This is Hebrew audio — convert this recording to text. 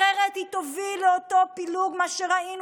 אחרת היא תוביל לאותו פילוג ולמה שראינו